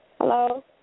Hello